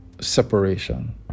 separation